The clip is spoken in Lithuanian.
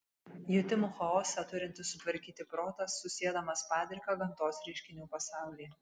jutimų chaosą turintis sutvarkyti protas susiedamas padriką gamtos reiškinių pasaulį